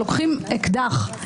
שלוקחים אקדח,